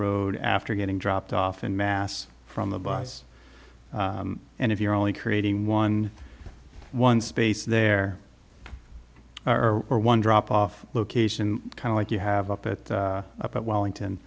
road after getting dropped off in mass from the bus and if you're only creating one one space there or one drop off location kind of like you have up it up at wellington